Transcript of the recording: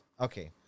Okay